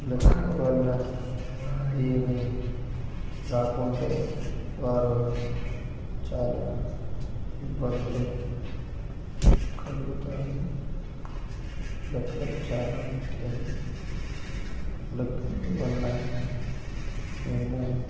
లెక్కలు వల్ల ఏమి రాకుంటే వారు చాలా ఇబ్బందులు కలుగుతాయి లెక్కలు చాలా ముఖ్యం లెక్కలు వల్ల ఎన్నో